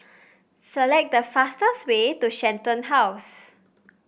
select the fastest way to Shenton House